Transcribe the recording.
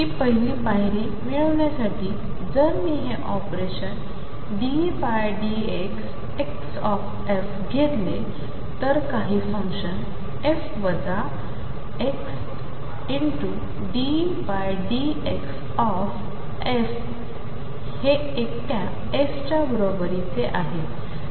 तर ही पहिली पहिली पायरी मिळवण्यासाठी जर मी हे ऑपरेशन ddx घेतले तर काही फंक्शन f वजा xddxf हे एकट्या f च्या बरोबरीचे आहे